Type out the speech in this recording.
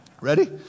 Ready